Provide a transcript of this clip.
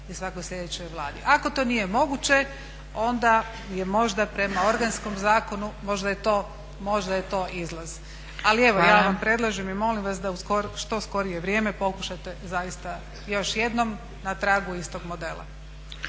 i svakoj sljedećoj Vladi. Ako to nije moguće, onda je možda prema organskom zakonu, možda je to izlaz. Ali evo ja vam predlažem i molim vas da u što skorije vrijeme pokušate zaista još jednom na tragu istog modela.